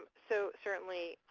so certainly,